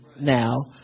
now